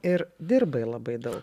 ir dirbai labai daug